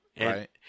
Right